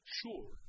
sure